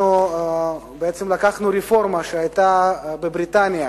אנחנו בעצם לקחנו רפורמה שהיתה בבריטניה,